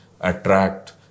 attract